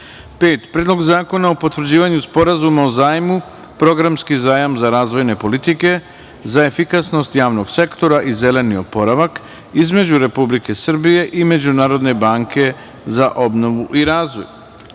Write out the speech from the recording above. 1,Predlog zakona o potvrđivanju Sporazuma o zajmu (Programski zajam za razvojne politike za efikasnost javnog sektora i zeleni oporavak) između Republike Srbije i Međunarodne banke za obnovu i